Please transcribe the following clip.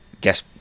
guess